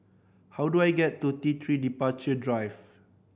how do I get to T Three Departure Drive